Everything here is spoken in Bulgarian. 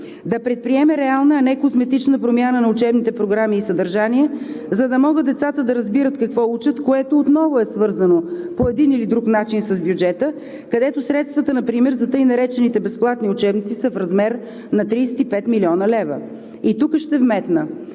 Да предприеме реална, а не козметична промяна на учебните програми и съдържание, за да могат децата да разбират какво учат, което отново е свързано по един или друг начин с бюджета, където средствата например за така наречените безплатни учебници са в размер на 35 млн. лв. И тук ще вметна: